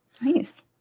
Nice